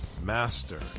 master